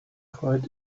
fight